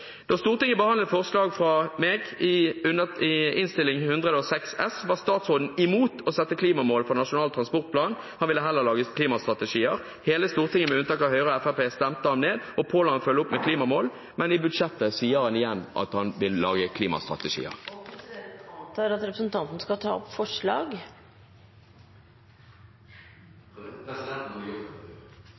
Da Stortinget behandlet mitt representantforslag 106 S for 2014–2015, var statsråden imot å sette klimamål for nasjonal transportplan. Han ville heller lage klimastrategier. Hele Stortinget, med unntak av Høyre og Fremskrittspartiet, stemte ham ned og påla ham å følge opp med klimamål, men i budsjettet sier han igjen at han vil lage klimastrategier. Da er tiden ute, og presidenten antar at representanten skal ta opp forslag.